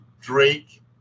drake